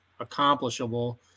accomplishable